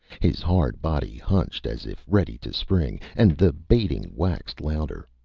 his hard body hunched, as if ready to spring. and the baiting waxed louder.